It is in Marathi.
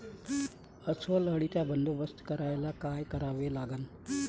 अस्वल अळीचा बंदोबस्त करायले काय करावे लागन?